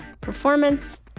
Performance